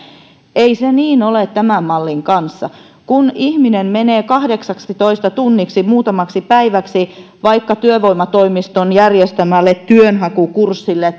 ei se niin ole tämän mallin kanssa kun ihminen menee kahdeksaksitoista tunniksi muutamaksi päiväksi vaikka työvoimatoimiston järjestämälle työnhakukurssille